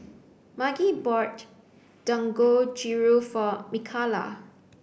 Margy bought Dangojiru for Mikala